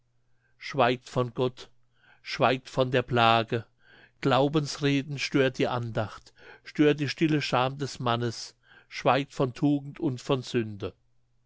schweigt von gott schweigt von der plage glaubens reden stört die andacht stört die stille scham des mannes schweigt von tugend und von sünde